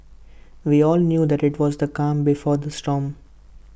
we all knew that IT was the calm before the storm